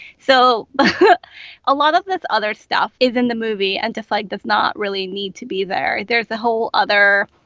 so but a lot of this other stuff is in the movie and to fight. not really need to be there. there's the whole other.